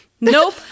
nope